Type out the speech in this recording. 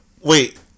wait